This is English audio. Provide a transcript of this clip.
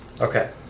Okay